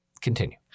continue